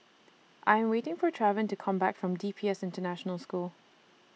I'm waiting For Trevon to Come Back from D P S International School